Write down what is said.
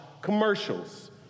commercials